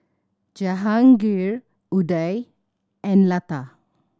Jehangirr Udai and Lata